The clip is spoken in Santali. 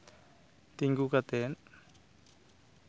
ᱛᱤᱸᱜᱩ ᱠᱟᱛᱮᱫ